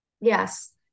yes